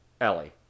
Ellie